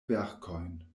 verkojn